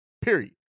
period